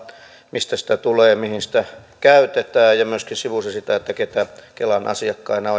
mistä sitä tulee mihin sitä käytetään ja myöskin sivusi sitä keitä kelan asiakkaina